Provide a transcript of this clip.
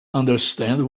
understand